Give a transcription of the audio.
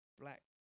black